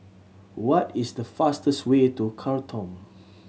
what is the fastest way to Khartoum